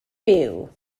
byw